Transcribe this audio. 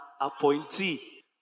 appointee